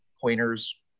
pointers